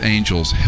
Angels